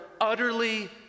utterly